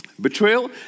Betrayal